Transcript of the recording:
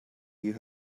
you